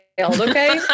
okay